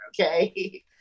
okay